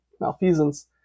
malfeasance